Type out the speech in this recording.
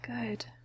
good